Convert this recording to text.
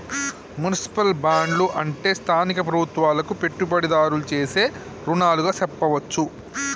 municipal బాండ్లు అంటే స్థానిక ప్రభుత్వాలకు పెట్టుబడిదారులు సేసే రుణాలుగా సెప్పవచ్చు